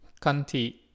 kanti